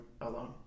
alone